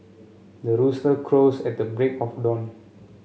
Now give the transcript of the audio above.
the rooster crows at the break of dawn